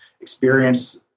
experience